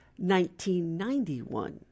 1991